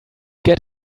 get